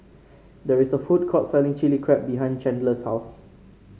there is a food court selling Chilli Crab behind Chandler's house